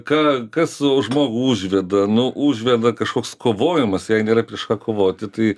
ką kas žmogų užveda nu užveda kažkoks kovojimas jei nėra prieš ką kovoti tai